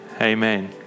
amen